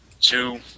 two